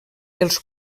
els